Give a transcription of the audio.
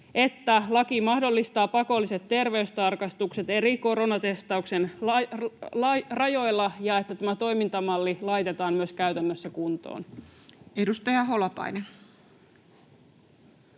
että laki mahdollistaa pakolliset terveystarkastukset eli koronatestauksen rajoilla ja että tämä toimintamalli laitetaan myös käytännössä kuntoon. Edustaja Holopainen.